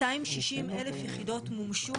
260,000 יחידות מומשו.